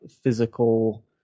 physical